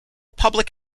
public